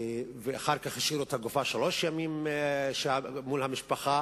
ואחר כך השאירו את הגופה שלושה ימים מול המשפחה,